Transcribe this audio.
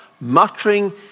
muttering